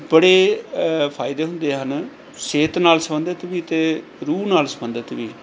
ਬੜੇ ਫਾਇਦੇ ਹੁੰਦੇ ਹਨ ਸਿਹਤ ਨਾਲ ਸੰਬੰਧਿਤ ਵੀ ਅਤੇ ਰੂਹ ਨਾਲ ਸੰਬੰਧਿਤ ਵੀ